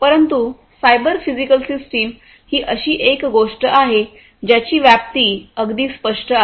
परंतु cyber physical system ही अशी एक गोष्ट आहे ज्याची व्याप्ती अगदी स्पष्ट आहे